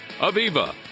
aviva